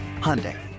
Hyundai